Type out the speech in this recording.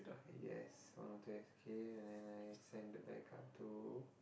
yes one or two escape and then I send the backup to